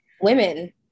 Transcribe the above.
women